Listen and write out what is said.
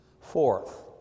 Fourth